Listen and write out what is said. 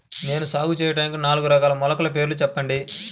నేను సాగు చేయటానికి నాలుగు రకాల మొలకల పేర్లు చెప్పండి?